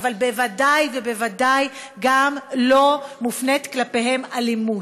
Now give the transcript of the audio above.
אבל בוודאי ובוודאי לא שמופנית כלפיהם אלימות.